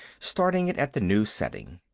starting it at the new setting.